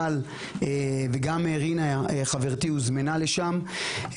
וגם רינה חברתי הוזמנה לשם,